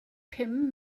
pum